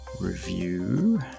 Review